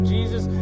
Jesus